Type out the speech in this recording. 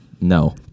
No